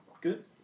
Good